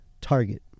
target